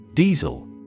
Diesel